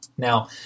Now